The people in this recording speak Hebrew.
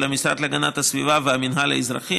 המשרד להגנת הסביבה והמינהל האזרחי,